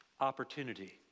opportunity